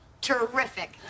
terrific